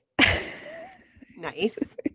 Nice